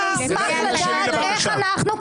אני אשמח לדעת איך אנחנו,